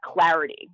clarity